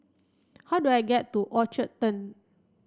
how do I get to Orchard Turn